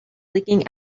leaking